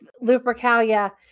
Lupercalia